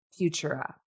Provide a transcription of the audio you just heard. Futura